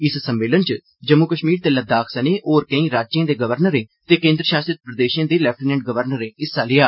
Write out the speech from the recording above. इस सम्मेलन च जम्मू कश्मीर ते लद्दाख सनें होर केई राज्यें दे गवर्नरें ते केन्द्र शासित प्रदेशें दे लैफिटनैंट गवर्नरें हिस्सा लेआ